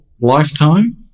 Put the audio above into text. lifetime